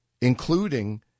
including